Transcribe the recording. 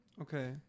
Okay